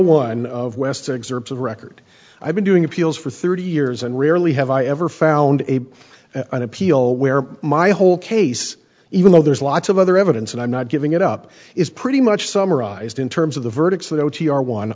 one of western observers of record i've been doing appeals for thirty years and rarely have i ever found a on appeal where my whole case even though there's lots of other evidence and i'm not giving it up is pretty much summarized in terms of the verdicts t